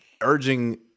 urging